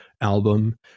album